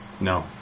No